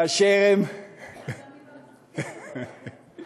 איך קוראים למילה הזאת?